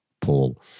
paul